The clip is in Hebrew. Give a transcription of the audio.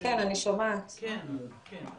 כן,